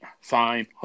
fine